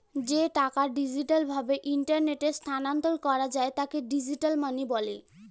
যে টাকা ডিজিটাল ভাবে ইন্টারনেটে স্থানান্তর করা যায় তাকে ডিজিটাল মানি বলে